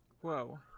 Whoa